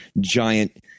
giant